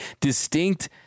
distinct